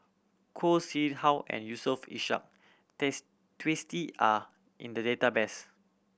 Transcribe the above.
Khoo Seow Hwa Yusof Ishak Twisstii are in the database